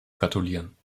gratulieren